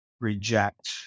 reject